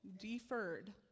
deferred